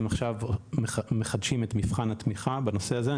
עכשיו מחדשים את מבחן התמיכה בנושא הזה.